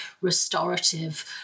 restorative